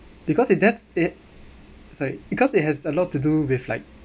because it does it sorry because it has a lot to do with like